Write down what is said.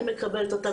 אני מקבלת אותה,